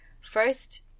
first